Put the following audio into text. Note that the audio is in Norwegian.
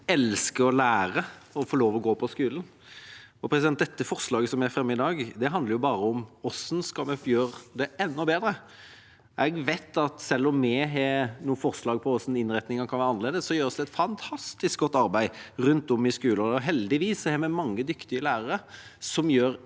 de elsker å lære og å få lov til å gå på skolen. Dette forslaget vi fremmer i dag, handler bare om hvordan vi skal gjøre det enda bedre. Jeg vet at selv om vi har noen forslag til hvordan innretningen kan være annerledes, gjøres det et fantastisk godt arbeid rundt om i skolene. Heldigvis har vi mange dyktige lærere som gjør